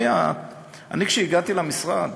כשהגעתי למשרד,